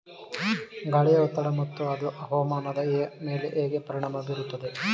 ಗಾಳಿಯ ಒತ್ತಡ ಮತ್ತು ಅದು ಹವಾಮಾನದ ಮೇಲೆ ಹೇಗೆ ಪರಿಣಾಮ ಬೀರುತ್ತದೆ?